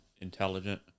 intelligent